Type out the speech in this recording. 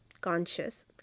conscious